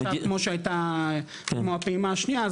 כמו שהייתה הפעימה השנייה,